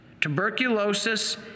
tuberculosis